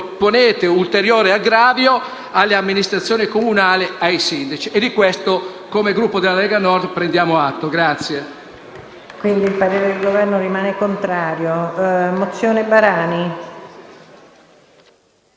pone un ulteriore aggravio alle amministrazioni comunali e ai sindaci. E di questo noi, come Gruppo della Lega Nord, prendiamo atto.